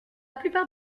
plupart